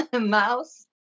Mouse